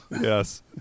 Yes